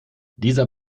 dieser